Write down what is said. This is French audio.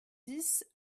dix